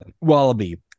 wallaby